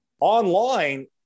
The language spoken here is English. online